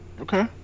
Okay